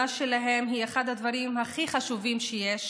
שלהם היא אחד הדברים הכי חשובים שיש.